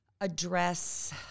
address